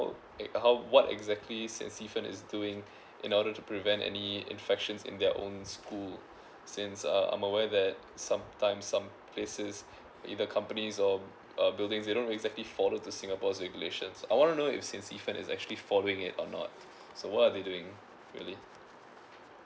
how what exactly saint stephen's is doing in order to prevent any infections in their own school since uh I'm aware that sometimes some places either companies or uh buildings they don't really exactly follow to singapore's regulations I want to know if saint stephen's is actually following it or not so what are they doing really